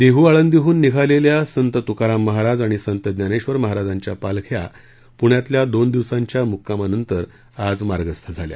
देह आळंदीहन निघालेल्या संत तुकाराम महाराज आणि संत ज्ञानेक्षर महाराजांच्या पालख्या प्ण्यातल्या दोन दिवसांच्या मुक्कामानंतर आज मार्गस्थ झाल्या